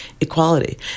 equality